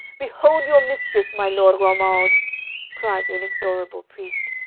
behold your mistress, my lord romuald cried the inexorable priest,